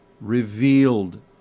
revealed